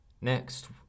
Next